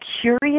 curious